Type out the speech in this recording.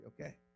okay